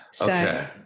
Okay